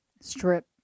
Strip